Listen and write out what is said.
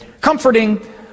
comforting